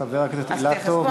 חבר הכנסת אילטוב,